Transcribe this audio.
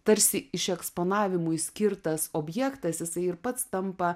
tarsi išeksponavimui skirtas objektas jisai ir pats tampa